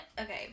okay